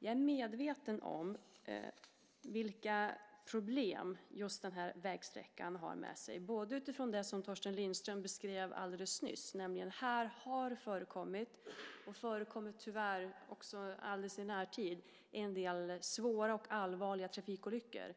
Jag är medveten om vilka problem som just denna vägsträcka för med sig, både utifrån det som Torsten Lindström beskrev alldeles nyss, nämligen att det här har förekommit och tyvärr också i närtid förekommer en del svåra och allvarliga trafikolyckor.